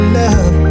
love